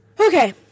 Okay